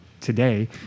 today